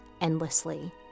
endlessly